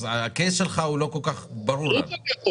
אז ה-case שלך לא כל כך ברור לנו.